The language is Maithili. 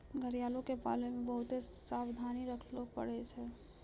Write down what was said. घड़ियालो के पालै मे बहुते सावधानी रक्खे पड़ै छै